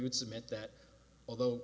would submit that although